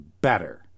better